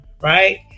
right